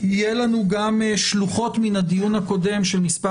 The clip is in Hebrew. גם שלוחות מן הדיון הקודם בדמות מספר